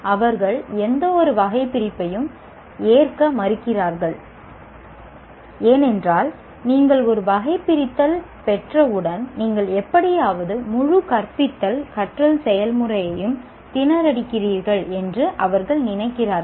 அவர்கள் எந்தவொரு வகைபிரிப்பையும் ஏற்க மறுக்கிறார்கள் ஏனென்றால் நீங்கள் ஒரு வகைபிரித்தல் பெற்றவுடன் நீங்கள் எப்படியாவது முழு கற்பித்தல் கற்றல் செயல்முறையையும் திணறடிக்கிறீர்கள் என்று அவர்கள் நினைக்கிறார்கள்